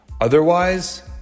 Otherwise